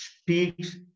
speaks